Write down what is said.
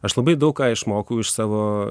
aš labai daug ką išmokau iš savo